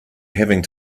having